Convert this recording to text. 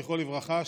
זכרו לברכה,